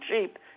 cheap